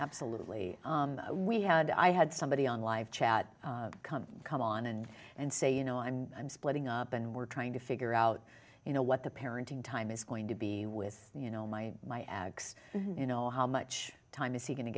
absolutely we had i had somebody on live chat come come on and and say you know i'm splitting up and we're trying to figure out you know what the parenting time is going to be with you know my my x you know how much time is he going to